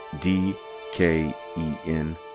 D-K-E-N